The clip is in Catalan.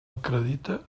acredita